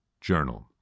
journal